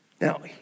Now